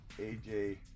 AJ